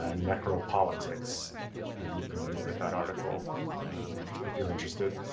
ah and necropolitics? and you can look at that article if you're interested.